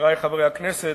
חברי חברי הכנסת,